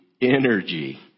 energy